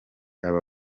aba